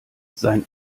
sein